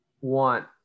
want